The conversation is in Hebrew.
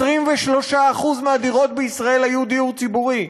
23% מהדירות בישראל היו דיור ציבורי,